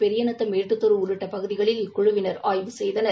பெரியநத்தம் மேட்டுத்தெரு உள்ளிட்ட பகுதிகளில் இக்குழுவினர் ஆய்வு செய்தனர்